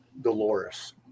Dolores